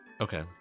Okay